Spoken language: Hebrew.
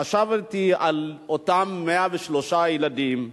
חשבתי על אותם 103 ילדים,